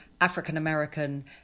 african-american